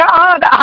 God